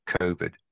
COVID